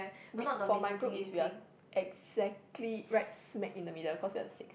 we for my group is we are exactly right smack in the middle cause we are sixth